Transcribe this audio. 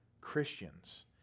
Christians